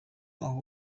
aho